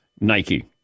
Nike